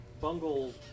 Bungle